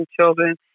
children